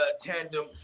tandem